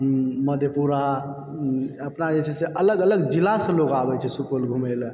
मधेपुरा अपना जे छै से अलग अलग जिलासँ लोग आबैत छै सुपौल घुमयलऽ